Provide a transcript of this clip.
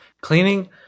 cleaning